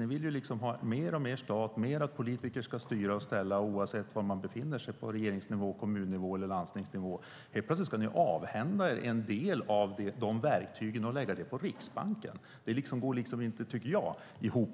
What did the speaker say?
Ni vill ju öka statens inflytande och ha mer av att politiker ska styra och ställa oavsett om det är på regeringsnivå, kommunnivå eller landstingsnivå. Nu vill ni plötsligt avhända er en del av de verktygen och lägga dem på Riksbanken. Jag får inte detta att gå ihop.